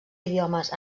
idiomes